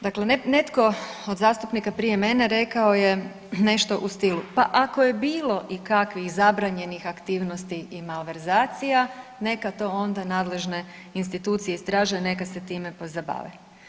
Dakle, netko od zastupnika prije mene rekao je nešto u stilu, pa ako je bilo i kakvih zabranjenih aktivnosti i malverzacija, neka to onda nadležne institucije istražuju, neka se time pozabave.